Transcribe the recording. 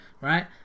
right